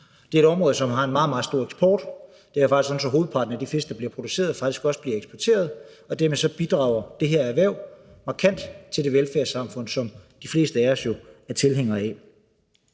Det er et område, som har en meget, meget stor eksport. Det er faktisk sådan, at hovedparten af de fisk, der bliver produceret, også bliver eksporteret, og dermed bidrager det her erhverv markant til det velfærdssamfund, som de fleste af os jo er tilhængere af.